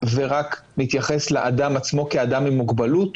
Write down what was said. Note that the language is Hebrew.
ורק נתייחס לאדם עצמו כאדם עם מוגבלות?